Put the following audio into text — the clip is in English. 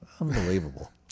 Unbelievable